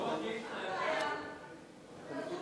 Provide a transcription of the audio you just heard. רוב ערביי ישראל בעד.